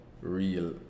real